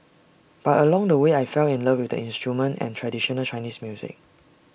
but along the way I fell in love with the instrument and traditional Chinese music